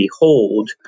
behold